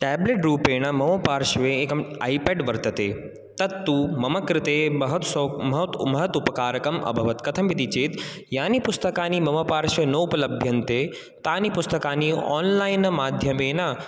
tablet रूपेण मम पार्श्वे एकं ऐ पेड् वर्तते तत्तु मम कृते महत् सु महत् महत् उपकारकम् अभवत् कथम् इति चेत् यानि पुस्तकानि मम पार्श्वे नोपलभ्यन्ते तानि पुस्तकानि आन्लैन् माध्यमेन